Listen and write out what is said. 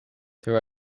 there